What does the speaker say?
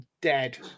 dead